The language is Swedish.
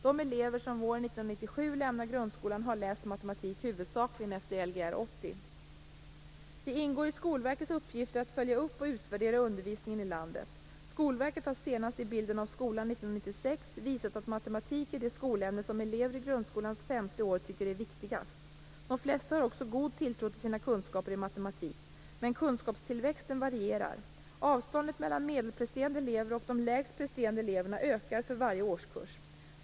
De elever som våren 1997 lämnar grundskolan har läst matematik huvudsakligen efter Lgr 80. Det ingår i Skolverkets uppgifter att följa upp och utvärdera undervisningen i landet. Skolverket har senast i Bilden av skolan 1996 visat att matematik är det skolämne som elever i grundskolans femte år tycker är viktigast. De flesta har också god tilltro till sina kunskaper i matematik. Men kunskapstillväxten varierar. Avståndet mellan medelpresterande elever och de lägst presterande eleverna ökar för varje årskurs.